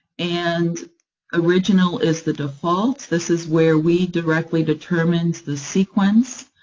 and original is the default. this is where we directly determined the sequence,